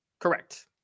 Correct